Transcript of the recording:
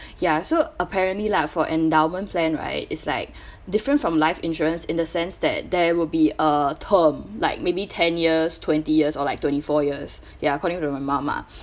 ya so apparently lah for endowment plan right is like different from life insurance in the sense that there will be a term like maybe ten years twenty years or like twenty four years ya according to my mom ah